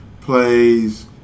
plays